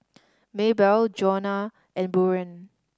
Maybelle Joanna and Buren